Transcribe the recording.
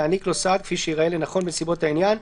להעניק לו סעד כפי שייראה לנכון בנסיבות העניין,